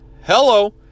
hello